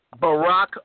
Barack